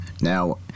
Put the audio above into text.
Now